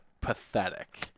pathetic